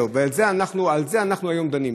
ועל זה אנחנו היום דנים.